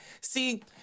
See